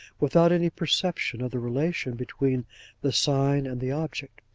without any perception of the relation between the sign and the object.